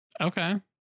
Okay